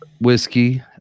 whiskey